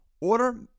Order